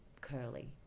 curly